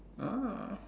ah